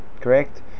Correct